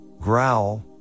growl